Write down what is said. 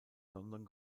london